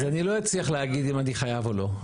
אז אני לא אצליח להגיד אם אני חייב או לא,